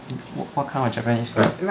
what kind of japanese food